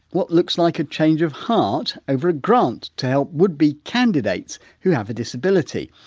what looks like a change of heart over a grant to help would be candidates who have a disability.